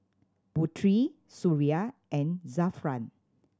Putri Suria and Zafran